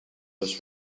was